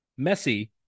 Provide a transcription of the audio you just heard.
Messi